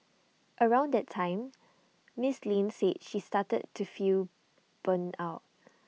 around that time miss Lin says she started to feel burn out